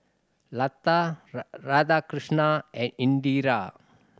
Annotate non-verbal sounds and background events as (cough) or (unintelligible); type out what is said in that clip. lata (unintelligible) Radhakrishnan and Indira